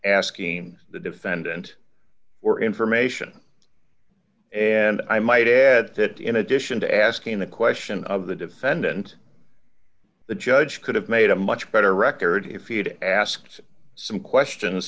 asking the defendant or information and i might add to it in addition to asking the question of the defendant the judge could have made a much better record if you'd asked some questions